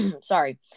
sorry